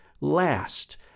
last